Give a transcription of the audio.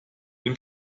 dem